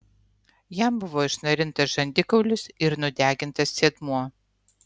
jam buvo išnarintas žandikaulis ir nudegintas sėdmuo